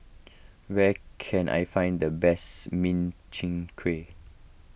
where can I find the best Min Chiang Kueh